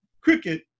Cricket